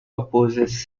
opposes